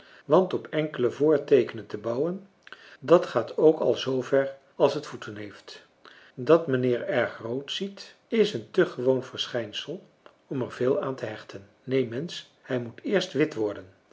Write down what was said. want op enkele voorteekenen te bouwen dat gaat ook al zoover als het voeten heeft dat mijnheer erg rood ziet is een te gewoon verschijnsel om er veel aan te hechten neen mensch hij moet eerst wit worden